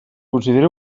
consideri